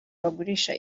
bagurisha